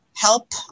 Help